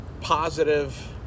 positive